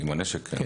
כן.